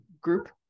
group